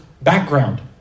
background